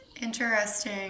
Interesting